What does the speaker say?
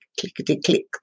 clickety-click